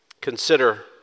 Consider